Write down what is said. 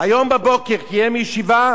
היום בבוקר קיים ישיבה,